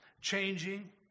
changing